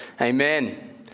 amen